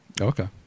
Okay